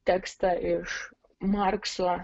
tekstą iš markso